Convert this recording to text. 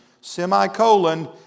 semicolon